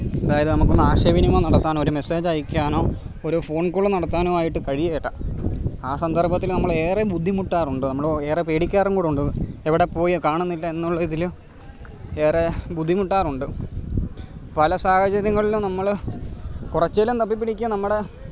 അതായത് നമുക്കൊന്ന് ആശയ വിനിമയം നടത്താനോ ഒരു മെസ്സേജ് അയക്കാനോ ഒരു ഫോൺ കോള് നടത്താനോ ആയിട്ട് കഴിയില്ല ആ സന്ദർഭത്തിൽ നമ്മളേറെ ബുദ്ധിമുട്ടാറുണ്ട് നമ്മൾ എറെ പേടിക്കാറും കൂടെ ഉണ്ട് എവിടെപ്പോയി കാണുന്നില്ല എന്നുള്ള ഇതിൽ ഏറെ ബുദ്ധിമുട്ടാറുണ്ട് പല സാഹചര്യങ്ങളിലും നമ്മൾ കുറച്ചേലും തപ്പിപ്പിടിക്കുക നമ്മുടെ